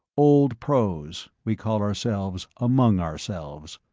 old pros, we call ourselves, among ourselves.